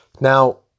Now